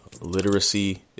literacy